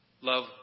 love